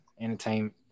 entertainment